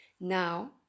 now